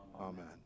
Amen